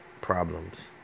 problems